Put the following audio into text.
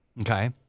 Okay